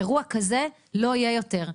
אירוע כזה לא יהיה יותר.